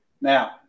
Now